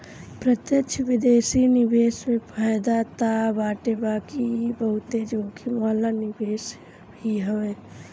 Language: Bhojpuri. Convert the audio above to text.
प्रत्यक्ष विदेशी निवेश में फायदा तअ बाटे बाकी इ बहुते जोखिम वाला निवेश भी हवे